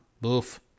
Boof